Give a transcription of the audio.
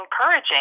encouraging